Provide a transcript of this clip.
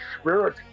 spirit